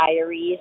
diaries